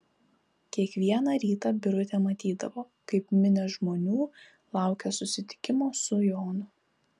kiekvieną rytą birutė matydavo kaip minios žmonių laukia susitikimo su jonu